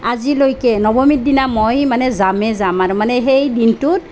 আজিলৈকে নৱমীৰ দিনা মই মানে যামে যাম আৰু মানে সেই দিনটোত